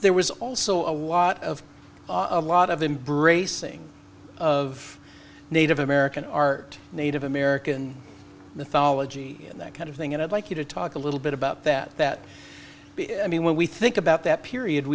there was also a lot of a lot of embracing of native american art native american mythology and that kind of thing and i'd like you to talk a little bit about that that i mean when we think about that period